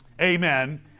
Amen